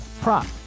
prop